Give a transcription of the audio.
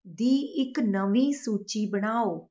ਦੀ ਇੱਕ ਨਵੀਂ ਸੂਚੀ ਬਣਾਓ